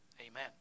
Amen